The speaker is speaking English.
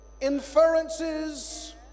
inferences